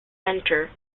centre